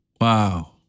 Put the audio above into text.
wow